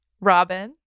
Robin